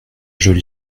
joli